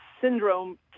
syndrome